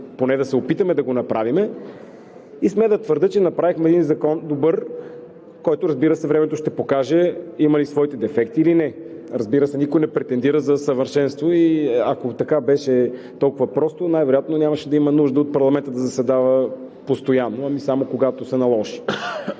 поне да се опитаме да го направим. Смея да твърдя, че направихме един добър закон, който, разбира се, времето ще покаже има ли своите дефекти или не. Разбира се, никой не претендира за съвършенство и ако беше толкова просто, най-вероятно нямаше да има нужда парламентът да заседава постоянно, а само когато се наложи.